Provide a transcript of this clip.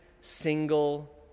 single